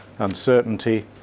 uncertainty